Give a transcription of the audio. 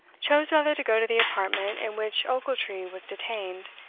chose rather to go to the apartment in which ochiltree was detained,